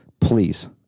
Please